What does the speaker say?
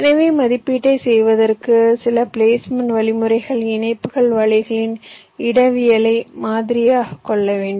எனவே மதிப்பீட்டைச் செய்வதற்கு சில பிளேஸ்மென்ட் வழிமுறை இணைப்பு வலைகளின் இடவியலை மாதிரியாகக் கொள்ள வேண்டும்